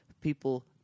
people